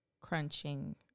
crunching